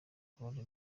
claude